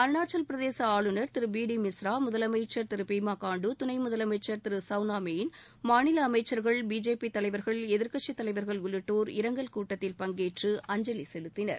அருணாச்சவப்பிரதேச ஆளுநர் திரு B D Mishra முதலமைச்சர் திரு பீமா காண்டு துணை முதலமைச்சர் திரு சவுளா மெயின் மாநில அமைச்சர்கள் பிஜேபி தலைவர்கள் எதிர்க்கட்சித் தலைவர்கள் உள்ளிட்டோர் இரங்கல் கூட்டத்தில் பங்கேற்று அஞ்சலி செலுத்தினர்